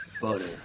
butter